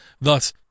thus